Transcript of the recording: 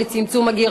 וכמובן לצוות המסור,